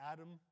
Adam